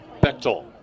Bechtel